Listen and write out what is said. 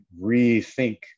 rethink